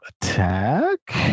attack